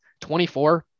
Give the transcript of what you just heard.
24